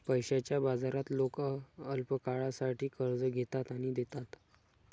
पैशाच्या बाजारात लोक अल्पकाळासाठी कर्ज घेतात आणि देतात